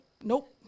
nope